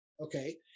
okay